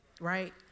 right